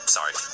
Sorry